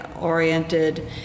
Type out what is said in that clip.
oriented